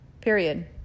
Period